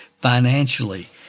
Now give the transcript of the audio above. financially